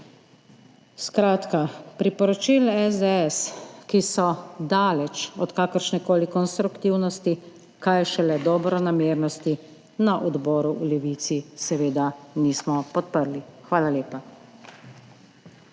Skratka, Priporočil SDS, ki so daleč od kakršnekoli konstruktivnosti, kaj šele dobronamernosti, na Odboru v Levici seveda nismo podprli. Hvala lepa.